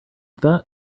that